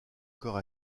corps